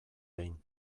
behin